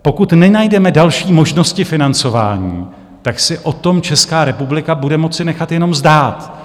Pokud nenajdeme další možnosti financování, tak si o tom Česká republika bude moci nechat jenom zdát.